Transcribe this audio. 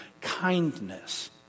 Kindness